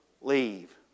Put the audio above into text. leave